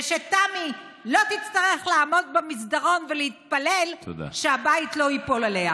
ושתמי לא תצטרך לעמוד במסדרון ולהתפלל שהבית לא ייפול עליה.